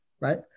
right